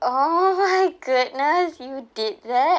oh my goodness you did that